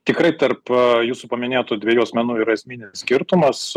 tikrai tarp jūsų paminėtų dviejų asmenų yra esminis skirtumas